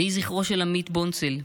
יהי זכרו של עמית בונצל,